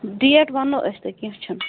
date ونو أسۍ تۄہہِ کیٚنٛہہ چھُنہٕ